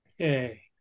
Okay